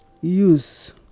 use